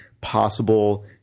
possible –